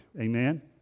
Amen